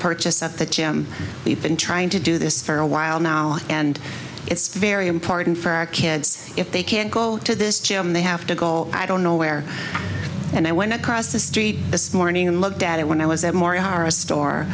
purchase at the gym we've been trying to do this for a while now and it's very important for our kids if they can't go to this gym they have to go i don't know where and i went across the street this morning and looked at it when i was